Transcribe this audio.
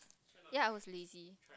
ya I was lazy